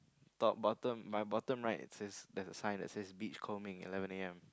top bottom my bottom right it says there's a sign that says beach combing eleven a_m